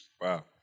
Wow